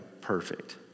perfect